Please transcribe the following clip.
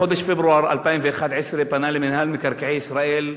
בחודש פברואר 2011 הוא פנה למינהל מקרקעי ישראל,